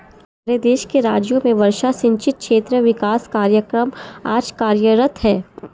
हमारे देश के कई राज्यों में वर्षा सिंचित क्षेत्र विकास कार्यक्रम आज कार्यरत है